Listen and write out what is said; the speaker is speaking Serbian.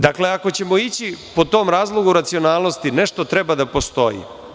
Dakle, ako ćemo ići po tom razlogu racionalnosti, nešto treba da postoji.